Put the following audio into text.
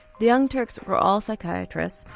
the young turks were all psychiatrists,